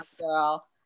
girl